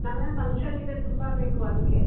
ನಮ್ಮ ಮನೇಲಿ ಫಂಕ್ಷನ್ ಇದೆ ತುಂಬ ಬೇಕು ಅದಕ್ಕೆ